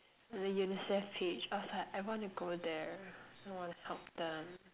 the Unicef page I was like I want to go there I want to help them